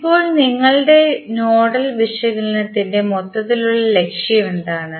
ഇപ്പോൾ നിങ്ങളുടെ നോഡൽ വിശകലനത്തിന്റെ മൊത്തത്തിലുള്ള ലക്ഷ്യം എന്താണ്